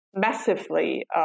massively